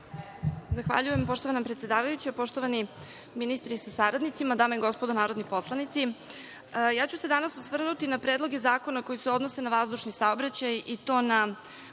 Zahvaljujem. Poštovana predsedavajuća, poštovani ministri sa saradnicima, dame i gospodo narodni poslanici, ja ću se danas osvrnuti na predloge zakona koji se odnose na vazdušni saobraćaj, i to na